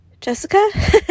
Jessica